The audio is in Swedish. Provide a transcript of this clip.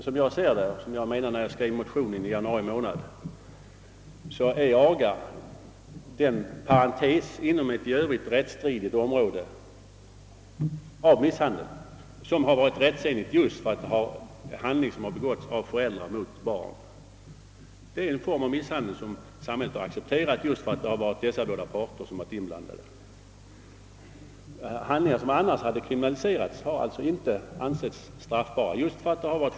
Som jag ser det — och som jag skrev i min motion i januari månad — är agan en parentes inom ett i övrigt rättsstridigt område av misshandel, och den har varit rättsenlig just därför att handlingen begåtts av föräldrar mot barn. Agan är alltså en form av misshandel som samhället har accepterat därför att just dessa båda parter har varit inblandade. Handlingar som annars skulle ha kriminaliserats har inte ansetts straffbara i detta sammanhang.